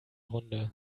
runde